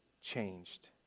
changed